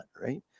Right